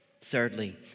Thirdly